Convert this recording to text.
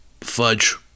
fudge